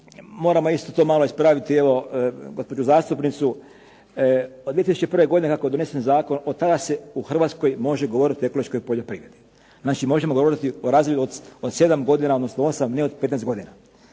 moram isto to malo ispraviti, evo gospođu zastupnicu, od 2001. godine kako je donesen zakon od tada se u Hrvatskoj može govoriti o ekološkoj poljoprivredi. Znači možemo govoriti o razdoblju od 7 godina, odnosno 8, ne od 15 godina.